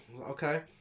Okay